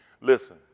Listen